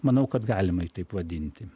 manau kad galima jį taip vadinti